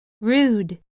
rude